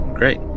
Great